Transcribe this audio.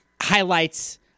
highlights